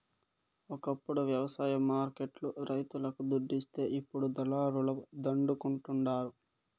ఒకప్పుడు వ్యవసాయ మార్కెట్ లు రైతులకు దుడ్డిస్తే ఇప్పుడు దళారుల దండుకుంటండారు